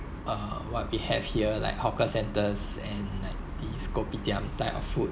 uh what we have here like hawker centres and like this kopitiam type of food